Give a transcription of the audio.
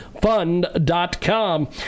Fund.com